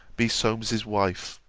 be solmes's wife.